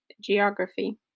geography